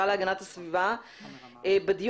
להגנת הסביבה לדיווח חצי שנתי על פעילות המשרד שלה.